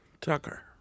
Tucker